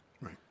Right